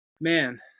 man